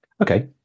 Okay